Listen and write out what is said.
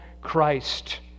Christ